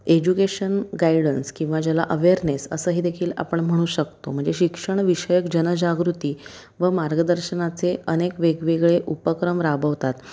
education guidance किंवा ज्याला awareness असंही देखील आपण म्हणू शकतो म्हणजे शिक्षण विषयक जनजागृती व मार्गदर्शनाचे अनेक वेगवेगळे उपक्रम राबवतात